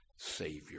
Savior